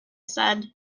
said